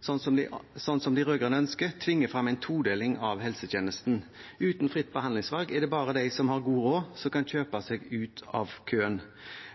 som de rød-grønne ønsker, tvinger fram en todeling av helsetjenesten. Uten fritt behandlingsvalg er det bare de som har god råd, som kan kjøpe seg ut av køen.